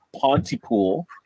Pontypool